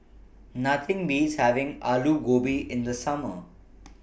Nothing Beats having Alu Gobi in The Summer